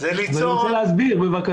זה ליצור --- אז אני רוצה להסביר, בבקשה.